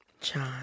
John